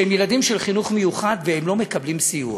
שהם ילדים של חינוך מיוחד והם לא מקבלים סיוע?